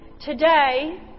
today